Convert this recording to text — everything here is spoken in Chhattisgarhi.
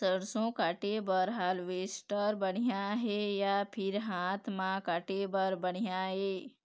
सरसों काटे बर हारवेस्टर बढ़िया हे या फिर हाथ म काटे हर बढ़िया ये?